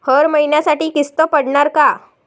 हर महिन्यासाठी किस्त पडनार का?